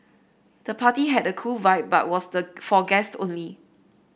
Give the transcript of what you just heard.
the party had a cool vibe but was the for guest only